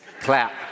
clap